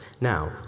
Now